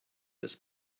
this